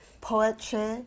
poetry